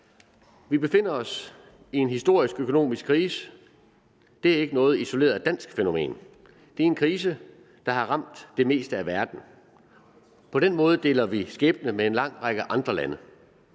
Vi befinder os i en historisk økonomisk krise, og det er ikke et isoleret dansk fænomen. Det er en krise, der har ramt det meste af verden. På den måde deler vi skæbne med en lang række andre lande.